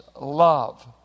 love